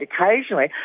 occasionally